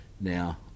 Now